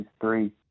three